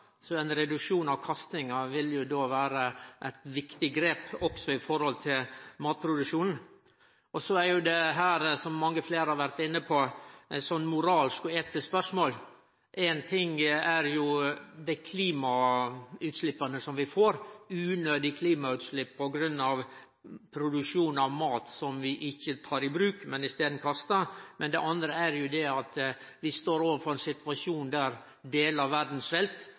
Ein reduksjon av kastinga vil då vere eit viktig grep også i forhold til matproduksjonen. Dette er, som mange har vore inne på, eit moralsk og etisk spørsmål. Ein ting er dei klimautsleppa som vi får – unødige klimautslepp på grunn av produksjon av mat som vi ikkje tek i bruk, men i staden kastar. Det andre er at vi står overfor ein situasjon der delar av verda svelt,